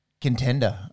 contender